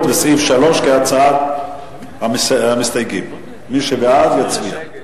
כהצעת המסתייגים, מי שבעד, יצביע.